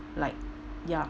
like ya